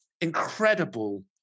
incredible